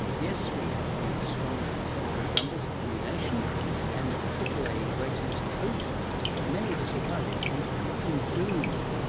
yes, we have one of the strongest sets of numbers of any nation and aaa ratings to boot but many of us are worried and talking doom,